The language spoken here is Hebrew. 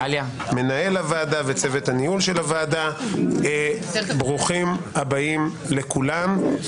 מנהל הוועדה וצוות הניהול של הוועדה ברוכים הבאים לכולם.